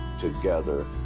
together